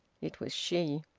it was she.